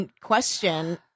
question